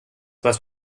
was